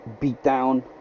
beatdown